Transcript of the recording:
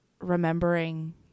remembering